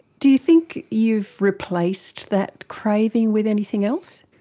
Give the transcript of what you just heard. do you think you've replaced that craving with anything else?